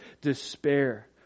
despair